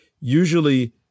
usually